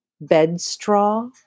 bedstraw